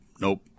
Nope